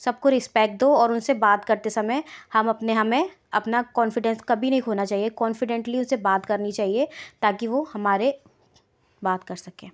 सबको रिस्पेक्ट दो और उनसे बात करते समय हम अपने हमें अपना कॉन्फिडेंस कभी नहीं खोना चाहिए कॉन्फिडेंटली उससे बात करनी चाहिए ताकि वह हमारी बात कर सके